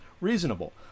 reasonable